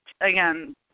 again